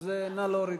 נא להוריד.